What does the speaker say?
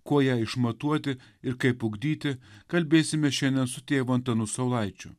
kuo ją išmatuoti ir kaip ugdyti kalbėsime šiandien su tėvu antanu saulaičiu